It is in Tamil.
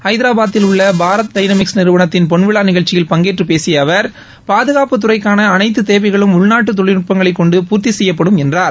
ஐதரபாதில் உள்ள பாரத் டைனமிக்ஸ் நிறுவனத்தின் பொன்விழா நிகழ்ச்சியில் பங்கேற்று பேசிய அவர் பாதுகாப்பு துறைக்கான அனைத்து தேவைகளும் உள்நாட்டு தொழில்நட்பங்களை கொண்டு பூர்த்தி செய்யப்படும் என்றார்